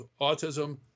autism